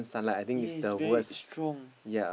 yes very strong